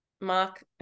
Mark